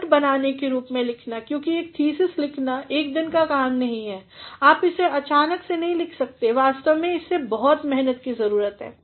note बनाने के रूप में लिखना क्योंकि एक थीसिस लिखना एक दिन का काम नहीं है आप इसे अचानक से नहीं लिख सकते हैं वास्तव में इसे बहुत मेहनत की ज़रूरत है